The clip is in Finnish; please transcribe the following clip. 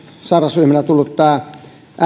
sairausryhmänä tullut tämä